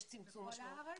בכל הארץ?